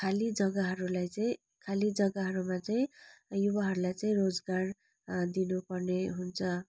खाली जगाहरूलाई चाहिँ खाली जगाहरूमा चाहिँ युवाहरूलाई चाहिँ रोजगार दिनु पर्ने हुन्छ